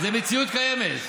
זו מציאות קיימת.